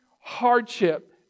hardship